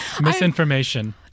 Misinformation